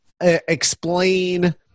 explain